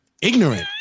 ignorant